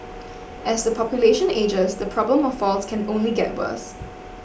as the population ages the problem of falls can only get worse